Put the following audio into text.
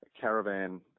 caravan